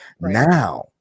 Now